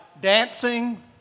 dancing